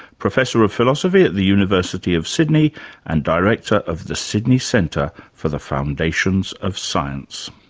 professor of philosophy at the university of sydney and director of the sydney centre for the foundations of science.